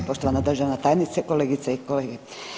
Poštovana državna tajnice, kolegice i kolege.